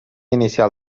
inicial